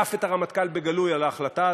תקף את הרמטכ"ל בגלוי על ההחלטה הזו.